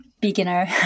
beginner